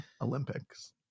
Olympics